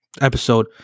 episode